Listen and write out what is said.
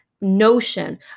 notion